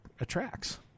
attracts